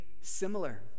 similar